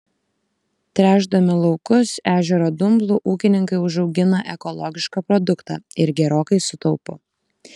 tręšdami laukus ežero dumblu ūkininkai užaugina ekologišką produktą ir gerokai sutaupo